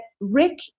Rick